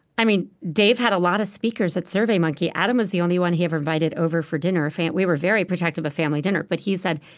i mean, dave had a lot of speakers at surveymonkey. adam was the only one he ever invited over for dinner. we were very protective of family dinner. but he said,